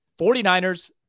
49ers